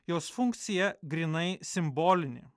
jos funkcija grynai simbolinė